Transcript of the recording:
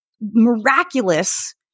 miraculous